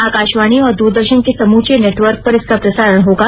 आकाशवाणी और दूरदर्शन के समूचे नटवर्क पर इसका प्रसारण होगा